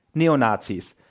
neo-nazis.